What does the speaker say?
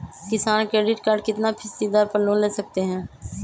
किसान credit card कितना फीसदी दर पर लोन ले सकते हैं?